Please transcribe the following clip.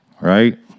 right